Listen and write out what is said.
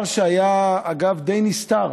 זה דבר שהיה די נסתר,